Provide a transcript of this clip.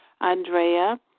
Andrea